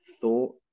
thought